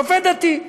שופט דתי.